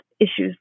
issues